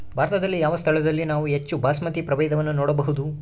ಭಾರತದಲ್ಲಿ ಯಾವ ಸ್ಥಳದಲ್ಲಿ ನಾವು ಹೆಚ್ಚು ಬಾಸ್ಮತಿ ಪ್ರಭೇದವನ್ನು ನೋಡಬಹುದು?